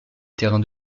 terrain